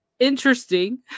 interesting